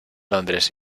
londres